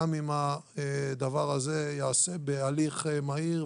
גם אם הדבר הזה ייעשה בהליך מהיר,